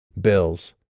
Bills